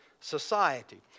society